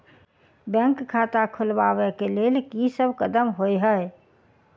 Bank खाता खोलबाबै केँ लेल की सब कदम होइ हय?